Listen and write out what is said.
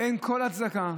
אין כל הצדקה,